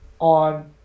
on